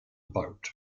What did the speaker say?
bout